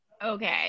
Okay